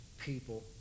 people